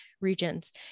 regions